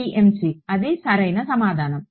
PMC అది సరైన సమాధానం